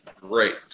great